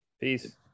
Peace